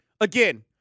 Again